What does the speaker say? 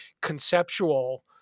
conceptual